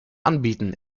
anbieten